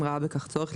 אם ראה בכך צורך,